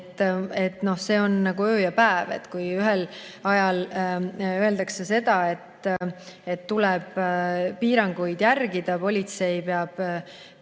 see on nagu öö ja päev. Ühel ajal öeldakse seda, et tuleb piiranguid järgida, politsei peab